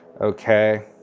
Okay